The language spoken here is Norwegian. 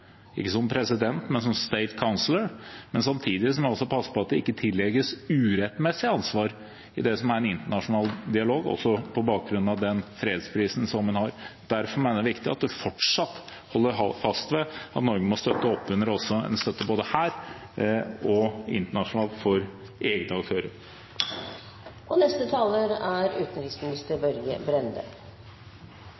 i det som er en internasjonal dialog, også på bakgrunn av den fredsprisen som hun har, for det er klart at det er det en fare for. Derfor mener jeg det er viktig at man fortsatt holder fast ved at Norge må støtte opp både her og internasjonalt for egne aktører. Jeg mener at interpellanten har veldig mange gode poeng i sitt innlegg, og